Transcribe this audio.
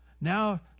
Now